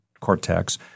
cortex